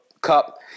cup